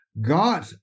God